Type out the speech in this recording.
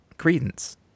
credence